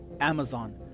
Amazon